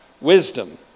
wisdom